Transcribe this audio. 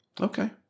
okay